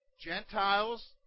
Gentiles